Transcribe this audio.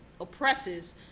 oppresses